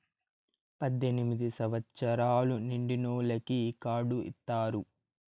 పద్దెనిమిది సంవచ్చరాలు నిండినోళ్ళకి ఈ కార్డు ఇత్తారు